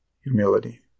humility